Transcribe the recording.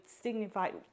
signified